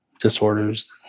disorders